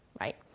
Right